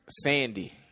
Sandy